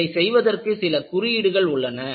இதை செய்வதற்கு சில குறியீடுகள் உள்ளன